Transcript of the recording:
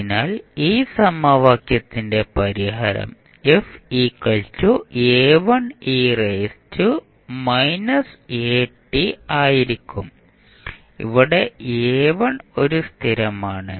അതിനാൽ ഈ സമവാക്യത്തിന്റെ പരിഹാരം ആയിരിക്കും ഇവിടെ ഒരു സ്ഥിരമാണ്